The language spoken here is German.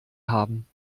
haben